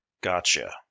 gotcha